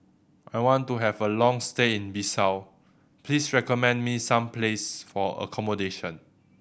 I want to have a long stay in Bissau please recommend me some places for accommodation